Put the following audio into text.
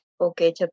Okay